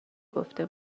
گفته